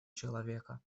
человека